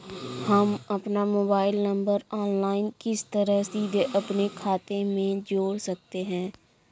हम अपना mobile number online किस तरह सीधे अपने खाते में जोड़ सकते हैं?